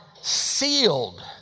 sealed